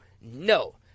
no